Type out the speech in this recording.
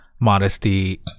modesty